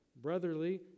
brotherly